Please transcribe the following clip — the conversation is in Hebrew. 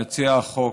מציע החוק,